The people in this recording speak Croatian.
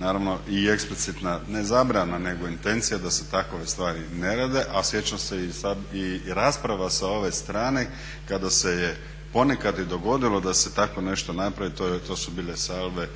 naravno i eksplicitna ne zabrana, nego intencija da se takove stvari ne rade, a sjećam se i rasprava sa ove strane kada se je ponekad i dogodilo da se tako nešto napravi to su bile salve